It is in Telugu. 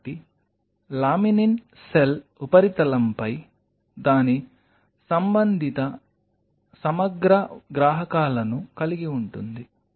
కాబట్టి లామినిన్ సెల్ ఉపరితలంపై దాని సంబంధిత సమగ్ర గ్రాహకాలను కలిగి ఉంటుంది